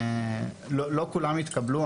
לא כולן התקבלו.